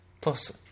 Plus